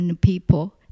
people